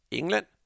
England